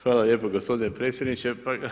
Hvala lijepo gospodine potpredsjedniče.